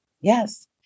yes